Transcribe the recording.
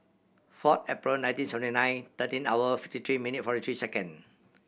four April nineteen seventy nine thirteen hour fifty three minute forty three second